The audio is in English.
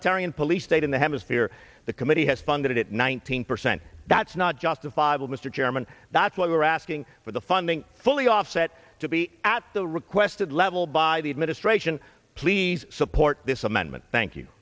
perry and police state in the hemisphere the committee has funded it nineteen percent that's not justifiable mr chairman that's what we're asking for the funding fully offset to be at the requested level by the administration please support this amendment thank you